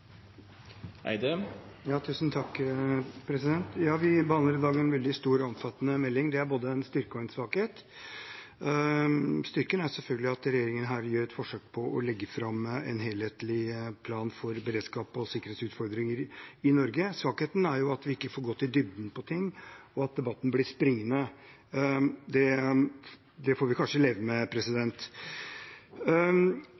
en styrke og en svakhet. Styrken er selvfølgelig at regjeringen her gjør et forsøk på å legge fram en helhetlig plan for beredskaps- og sikkerhetsutfordringer i Norge. Svakheten er at vi ikke får gått i dybden på ting, og at debatten blir springende. Det får vi kanskje leve med.